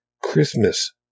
Christmas